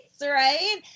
right